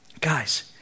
guys